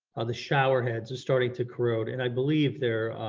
the showerheads are starting to corrode and i believe they're